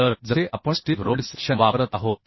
तर जसे आपण स्टील रोल्ड सेक्शन वापरत आहोत